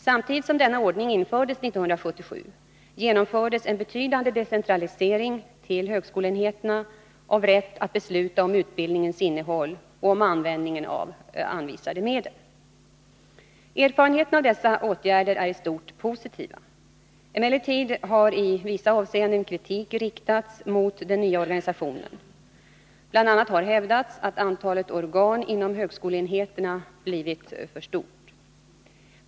Samtidigt som denna ordning infördes 1977 genomfördes en betydande decentralisering till högskoleenheterna av rätt att besluta om utbildningens innehåll och om användningen av anvisade medel. Erfarenheterna av dessa åtgärder är i stort positiva. Emellertid har i vissa avseenden kritik riktats mot den nya organisationen. Bl. a. har hävdats att antalet organ inom högskoleenheterna blivit för stort.